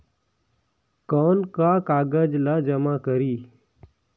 कौन का कागज ला जमा करी?